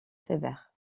sévère